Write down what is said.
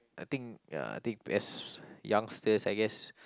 I think ya I think as youngsters I guess